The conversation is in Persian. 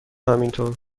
همینطور